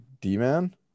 D-man